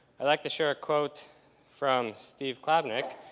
i'd like to share a quote from steve klabnik,